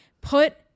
Put